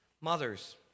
Mothers